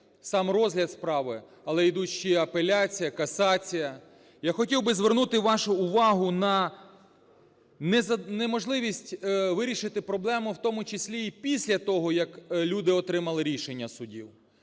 сам розгляд справи, але ідуть ще апеляція, касація. Я хотів би звернути вашу увагу на неможливість вирішити проблему, в тому числі і після того, як люди отримали рішення судів,